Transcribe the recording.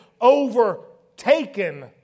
overtaken